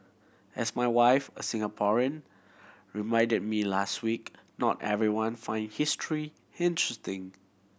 as my wife a Singaporean reminded me last week not everyone find history interesting